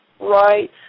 right